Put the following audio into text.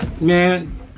man